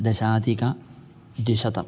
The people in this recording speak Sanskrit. दशाधिकद्विशतम्